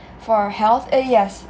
for health uh yes